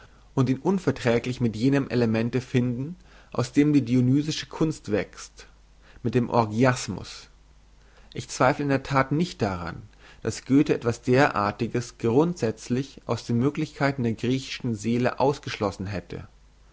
und ihn unverträglich mit jenem elemente finden aus dem die dionysische kunst wächst mit dem orgiasmus ich zweifle in der that nicht daran dass goethe etwas derartiges grundsätzlich aus den möglichkeiten der griechischen seele ausgeschlossen hätte